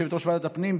יושבת-ראש ועדת הפנים,